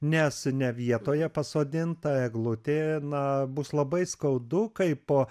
nes ne vietoje pasodinta eglutė na bus labai skaudu kai po